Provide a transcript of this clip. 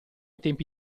tempi